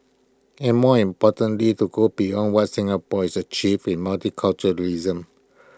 and more importantly to go beyond what Singapore has achieved in multiculturalism